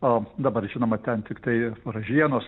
o dabar žinoma ten tiktai ražienos